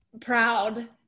proud